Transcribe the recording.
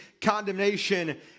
condemnation